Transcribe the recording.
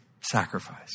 sacrifice